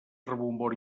rebombori